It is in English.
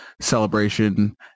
celebration